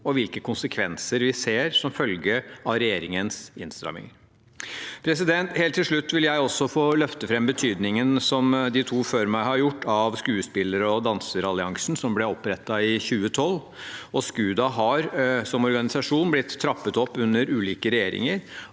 og hvilke konsekvenser vi ser som følge av regjeringens innstramminger. Helt til slutt vil jeg også få løfte fram betydningen av – som de to før meg har gjort – Skuespiller- og danseralliansen, som ble opprettet i 2012. SKUDA har som organisasjon blitt trappet opp under ulike regjeringer